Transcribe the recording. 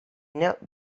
knelt